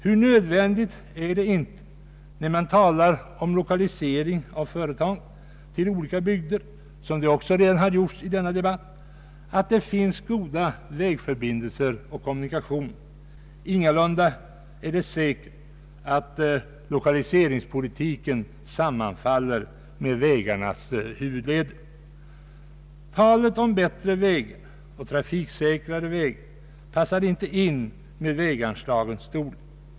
Hur nödvändigt är det inte när man talar om lokalisering av företag till olika bygder — såsom också har gjorts i denna debatt — att det finns goda vägförbindelser och kommunikationer. Ingalunda är det säkert att de områden där lokaliseringspolitiken vill sätta in sammanfaller med de områden som ligger utmed vägväsendets huvudleder. Talet om bättre vägar och trafiksäkrare vägar passar inte ihop med förslagen om väganslagens storlek.